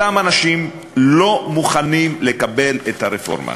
אותם אנשים לא מוכנים לקבל את הרפורמה.